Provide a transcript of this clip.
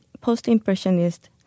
Post-Impressionist